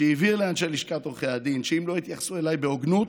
שהבהיר לאנשי לשכת עורכי הדין שאם לא יתייחסו אליי בהוגנות,